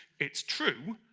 it's true,